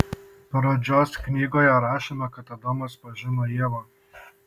pradžios knygoje rašoma kad adomas pažino ievą